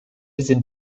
sind